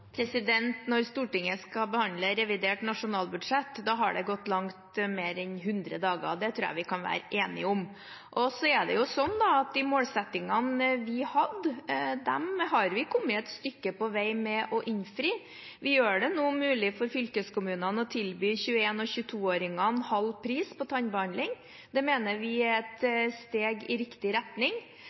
Når Stortinget skal behandle revidert nasjonalbudsjett, har det gått langt mer enn 100 dager – det tror jeg vi kan være enige om. De målsettingene vi hadde, har vi kommet et stykke på vei med å innfri. Vi gjør det nå mulig for fylkeskommunene å tilby 21- og 22-åringene halv pris på tannbehandling. Det mener vi er et steg i riktig retning.